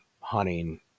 hunting